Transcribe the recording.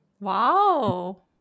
Wow